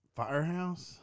firehouse